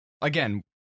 again